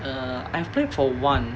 uh I've applied for one